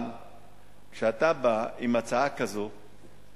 אבל כשאתה בא עם הצעה כזאת,